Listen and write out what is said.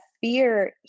fear